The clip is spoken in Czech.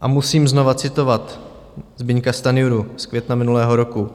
A musím znovu citovat Zbyňka Stanjuru z května minulého roku,